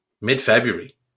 mid-February